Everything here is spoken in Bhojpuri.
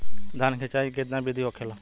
धान की सिंचाई की कितना बिदी होखेला?